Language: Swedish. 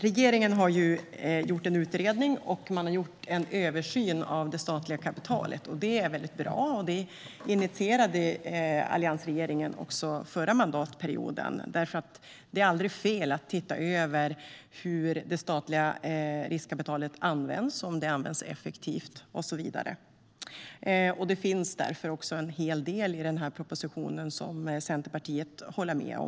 Regeringen har gjort en utredning och en översyn av det statliga kapitalet, och det är väldigt bra. Det initierades av alliansregeringen förra mandatperioden, för det är aldrig fel att se över hur det statliga riskkapitalet används, om det används effektivt och så vidare. Det finns därför en hel del i propositionen som Centerpartiet håller med om.